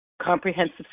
comprehensive